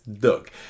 look